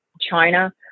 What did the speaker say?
china